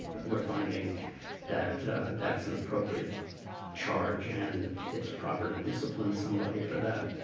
we're finding that that's an appropriate charge, and it's proper to discipline somebody for that.